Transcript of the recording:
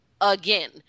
again